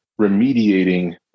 remediating